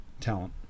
talent